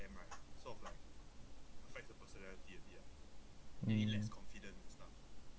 mm